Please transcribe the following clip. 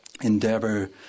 endeavor